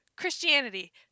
christianity